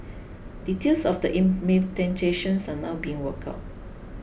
details of the are now being worked out